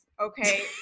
okay